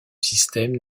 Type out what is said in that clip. système